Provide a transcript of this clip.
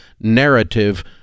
narrative